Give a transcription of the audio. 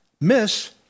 miss